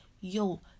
Yo